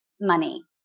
money